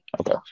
Okay